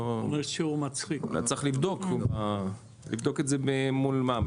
צריך לבדוק את זה מול מה?